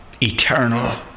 eternal